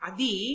Adi